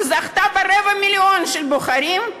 שזכתה ברבע מיליון קולות של בוחרים,